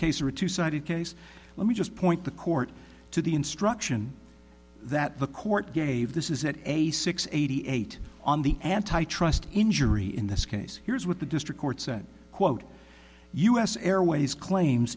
case or a two sided case let me just point the court to the instruction that the court gave this is at a six eighty eight on the antitrust injury in this case here's what the district court said quote us airways claims